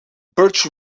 birch